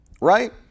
right